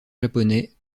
japonais